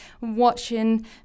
watching